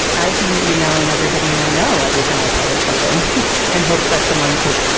i'd be emailing everybody i know every time i publish something and hopes that someone could,